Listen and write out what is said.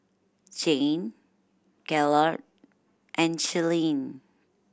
Jayne Gaylord and Shirleen